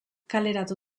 kaleratu